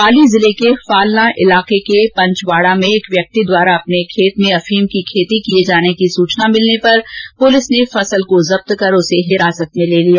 पाली जिले के फालना इलाके के पंचवाड़ा में एक व्यक्ति द्वारा अपने खेत में अफीम की खेती करने की सूचना मिलने पर पुलिस ने फसल को जब्त कर उसको हिरासत में ले लिया